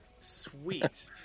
Sweet